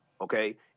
okay